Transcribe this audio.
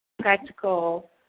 practical